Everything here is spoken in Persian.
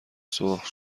سرخ